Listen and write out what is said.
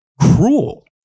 cruel